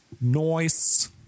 noise